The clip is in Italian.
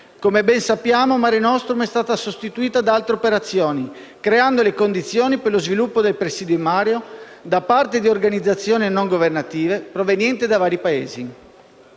Come ben sappiamo, Mare nostrum è stata sostituita da altre operazioni, creando le condizioni per lo sviluppo del presidio in mare da parte di organizzazioni non governative provenienti da vari Paesi.